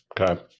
Okay